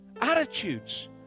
attitudes